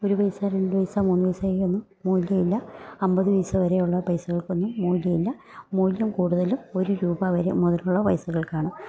ഒരു പൈസ രണ്ട് പൈസ മൂന്ന് പൈസക്കൊന്നും മൂല്യമില്ല അൻപത് പൈസ വരെയുള്ള പൈസകൾക്കൊന്നും മൂല്യമില്ല മൂല്യം കൂടുതലും ഒരു രൂപ വരെ മുതലുള്ള പൈസകൾക്കാണ്